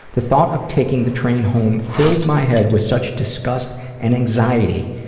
the thought of taking the train home filled my head with such disgust and anxiety,